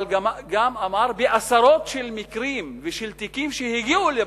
אבל גם אמר בעשרות מקרים ותיקים שהגיעו לבג"ץ,